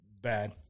bad